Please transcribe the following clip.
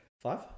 Five